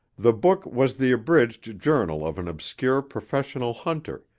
the book was the abridged journal of an obscure professional hunter,